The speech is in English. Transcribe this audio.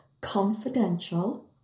confidential